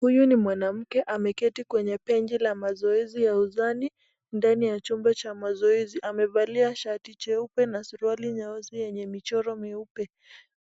Huyu ni mwanamke ameketi kwenye benchi la mazoezi ya uzani, ndani ya chumba cha mazoezi. Amevalia shati jeupe na suruali nyeusi yenye michoro meupe.